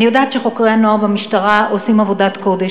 אני יודעת שחוקרי הנוער במשטרה עושים עבודת קודש,